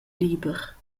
liber